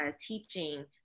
teaching